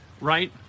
right